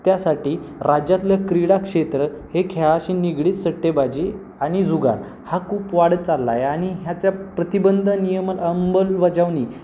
त्यासाठी राज्यातलं क्रीडाक्षेत्र हे खेळाशी निगडीत सट्टेबाजी आणि जुगार हा खूप वाढत चालला आहे आणि ह्याच्या प्रतिबंध नियमन अंमलबजावणी